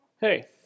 Hey